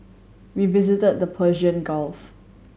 we visited the Persian Gulf